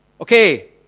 Okay